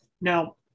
Now